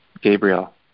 Gabriel